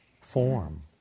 form